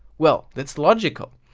well that's logical,